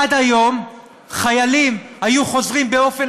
עד היום החיילים היו חוזרים באופן